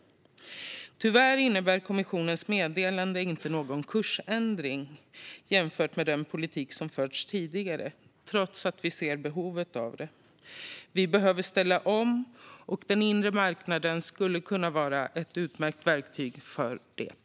Tyvärr innebär kommissionens meddelande inte någon kursändring jämfört med den politik som förs sedan tidigare, trots behovet av det." Vi behöver ställa om, och den inre marknaden skulle kunna vara ett utmärkt verktyg för det.